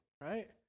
right